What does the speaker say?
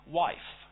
wife